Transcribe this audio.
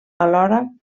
alhora